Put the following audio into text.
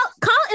call